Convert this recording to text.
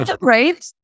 Right